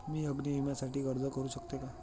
मी अग्नी विम्यासाठी अर्ज करू शकते का?